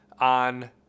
on